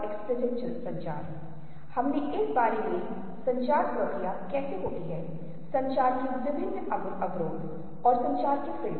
विभिन्न चीजें हैं जिन पर हम ध्यान केंद्रित करेंगे दृश्य बोधविसुअल परसेप्शन Visual perception इसके प्रमुख घटक रूप अनुभव गहराई अनुभव रंग अनुभव और हम इसके साथ बातचीत को रोक देंगे